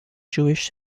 jewish